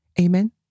Amen